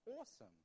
awesome